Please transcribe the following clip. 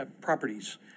properties